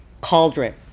cauldron